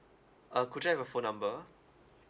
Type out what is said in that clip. uh could I have your phone number